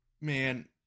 Man